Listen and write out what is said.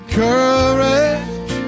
courage